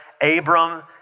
Abram